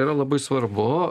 yra labai svarbu